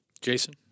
Jason